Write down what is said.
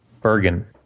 Bergen